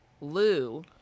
Lou